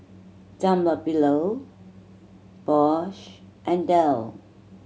Dunlopillo Bosch and Dell